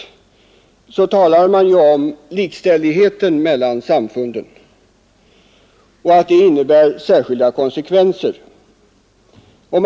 Man talar också om likställighet mellan samfunden och de särskilda konsekvenser som följer därav.